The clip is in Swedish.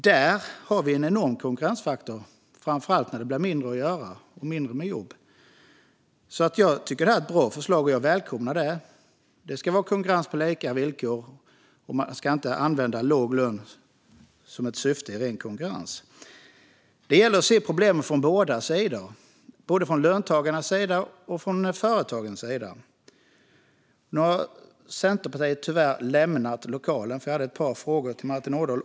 Där har vi en enorm konkurrensfaktor, framför allt när det blir mindre att göra och färre jobb. Jag tycker att det här är ett bra förslag, och jag välkomnar det. Det ska vara konkurrens på lika villkor, och man ska inte använda låg lön som en ren konkurrensfaktor. Men det gäller att se problemen från båda sidor, både från löntagarnas sida och från företagens sida. Nu har Centerpartiet lämnat lokalen - tyvärr, för jag hade ett par frågor till Martin Ådahl.